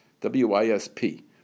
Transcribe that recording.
W-I-S-P